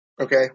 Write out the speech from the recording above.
Okay